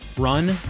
Run